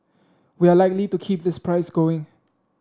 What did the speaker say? we are likely to keep this price going